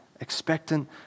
Expectant